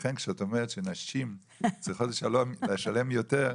לכן כשאת אומרת שנשים צריכות לשלם יותר,